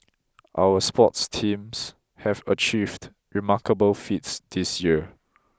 our sports teams have achieved remarkable feats this year